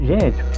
Gente